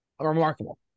remarkable